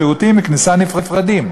שירותים וכניסה נפרדים,